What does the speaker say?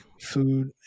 food